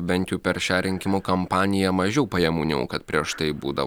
bent jau per šią rinkimų kampaniją mažiau pajamų negu kad prieš tai būda